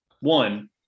One